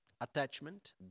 attachment